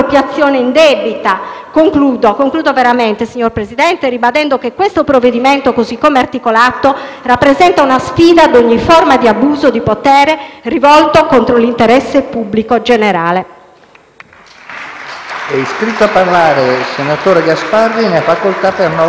indebita. Concludo veramente, signor Presidente, ribadendo che questo provvedimento, così come articolato, rappresenta una sfida ad ogni forma di abuso di potere rivolto contro l'interesse pubblico generale.